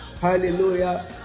hallelujah